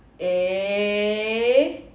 eh